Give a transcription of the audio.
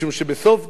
משום שבסוף דצמבר,